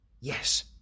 yes